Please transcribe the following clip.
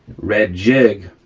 red jig,